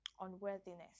unworthiness